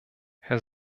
herr